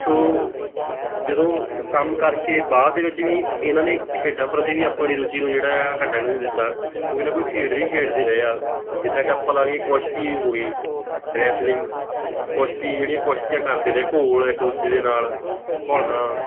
ਸੋ ਜਦੋਂ ਕੰਮ ਕਰਕੇ ਬਾਅਦ ਦੇ ਵਿੱਚ ਵੀ ਇਹਨਾਂ ਨੇ ਖੇਡਾਂ ਪ੍ਰਤੀ ਵੀ ਆਪਣੀ ਰੁਚੀ ਨੂੰ ਜਿਹੜਾ ਆ ਘਟਣ ਨਹੀਂ ਦਿੱਤਾ ਕੋਈ ਨਾ ਕੋਈ ਖੇਡ ਵੀ ਖੇਡਦੇ ਰਹੇ ਆ ਜਿੱਦਾਂ ਕਿ ਆਪਾਂ ਲਾ ਲਈਏ ਕੁਸ਼ਤੀ ਹੋਈ ਰੈਸਲਿੰਗ ਕੁਸ਼ਤੀ ਜਿਹੜੀਆਂ ਕੁਸ਼ਤੀਆਂ ਕਰਦੇ ਰਹੇ ਘੋਲ ਇੱਕ ਦੂਜੇ ਦੇ ਨਾਲ ਘੁਲਣਾ